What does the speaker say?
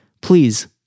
please